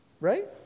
right